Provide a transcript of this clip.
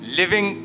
living